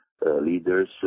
leaders